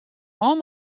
hân